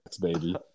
baby